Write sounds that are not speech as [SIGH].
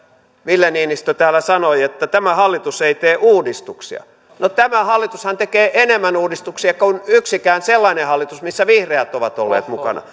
ville niinistö täällä sanoi että tämä hallitus ei tee uudistuksia no tämä hallitushan tekee enemmän uudistuksia kuin yksikään sellainen hallitus missä vihreät ovat olleet mukana [UNINTELLIGIBLE]